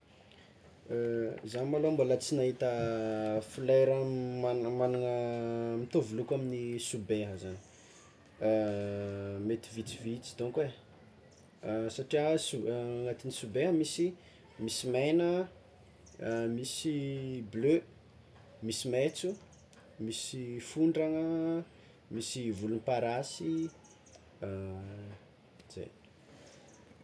Izah malôha mbola tsy nahita folera magna- magnagna mitovy loko amin'ny sobeha zagny, mety vitsivitsy dônko e satria sob- agnatin'ny sobeha misy misy megna, misy bleu, misy maintso, misy fondragna, misy volomparasy, zay.